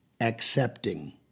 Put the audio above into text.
accepting